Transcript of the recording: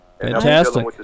Fantastic